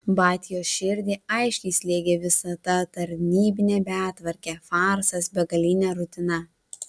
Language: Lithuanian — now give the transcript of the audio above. batios širdį aiškiai slėgė visa ta tarnybinė betvarkė farsas begalinė rutina